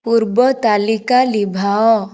ପୂର୍ବ ତାଲିକା ଲିଭାଅ